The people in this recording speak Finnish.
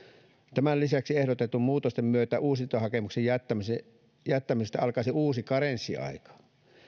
tämän lisäksi ehdotettujen muutosten myötä uusintahakemuksen jättämisestä alkaisi uusi karenssiaika